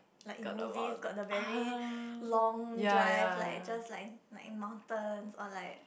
like in movies got the very long drive like just like like in mountain or like